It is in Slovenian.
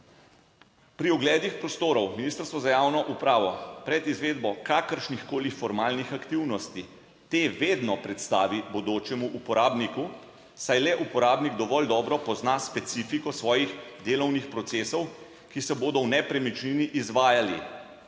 Pri ogledih prostorov Ministrstvo za javno upravo pred izvedbo kakršnihkoli formalnih aktivnosti te vedno predstavi bodočemu uporabniku, saj le uporabnik dovolj dobro pozna specifiko svojih delovnih procesov, ki se bodo v nepremičnini izvajali.